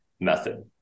method